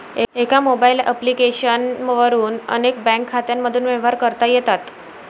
एका mobile application वरून अनेक बँक खात्यांमधून व्यवहार करता येतात